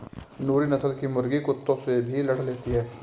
नूरी नस्ल की मुर्गी कुत्तों से भी लड़ लेती है